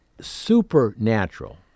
supernatural